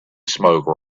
smoke